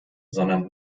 sondern